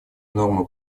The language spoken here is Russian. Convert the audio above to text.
нормы